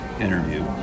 interview